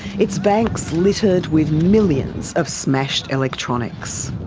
its banks littered with millions of smashed electronics.